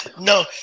No